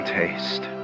taste